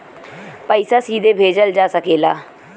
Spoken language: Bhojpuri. पइसा सीधे भेजल जा सकेला